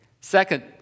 Second